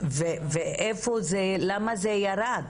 ולמה זה ירד.